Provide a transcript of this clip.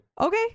Okay